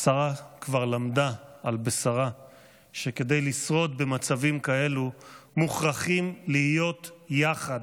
שרה כבר למדה על בשרה שכדי לשרוד במצבים כאלו מוכרחים להיות יחד,